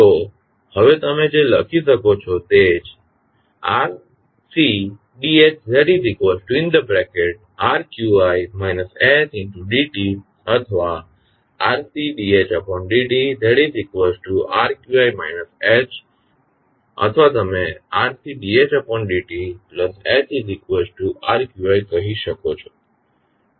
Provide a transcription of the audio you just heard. તો હવે તમે જે લખી શકો છો તે અથવા અથવા તમે કહી શકો છો